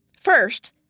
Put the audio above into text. First